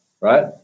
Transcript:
Right